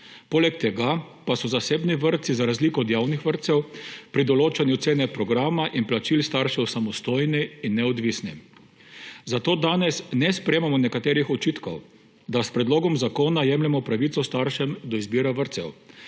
Poleg tega pa so zasebni vrtci za razliko od javnih vrtcev pri določanju cene programa in plačil staršev samostojni in neodvisni. Zato danes ne sprejemamo nekaterih očitkov, da s predlogom zakona jemljemo pravico staršem do izbire vrtcev.